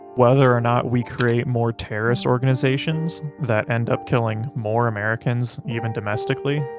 whether or not we create more terrorist organizations, that end up killing more americans, even domestically.